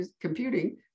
computing